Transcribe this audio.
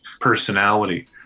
personality